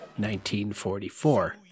1944